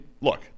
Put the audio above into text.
look